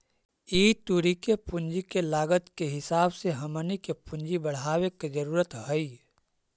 ई तुरी के पूंजी के लागत के हिसाब से हमनी के पूंजी बढ़ाबे के जरूरत हई